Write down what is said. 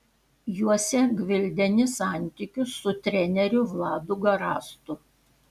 juose gvildeni santykius su treneriu vladu garastu